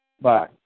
Bye